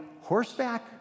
horseback